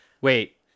wait